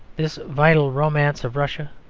this vital romance of russia,